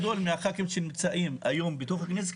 מחברי הכנסת שנמצאים היום בתוך הכנסת,